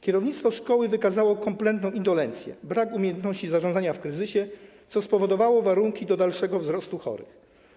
Kierownictwo szkoły wykazało kompletną indolencję, brak umiejętności zarządzania w kryzysie, co stworzyło warunki do dalszego wzrostu liczby chorych.